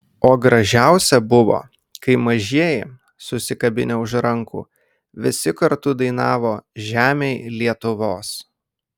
o gražiausia buvo kai mažieji susikabinę už rankų visi kartu dainavo žemėj lietuvos